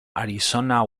arizona